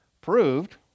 proved